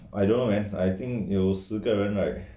I don't know man I think 有十个人 right